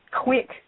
quick